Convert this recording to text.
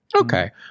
Okay